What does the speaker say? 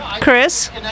Chris